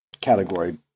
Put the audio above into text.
category